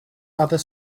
other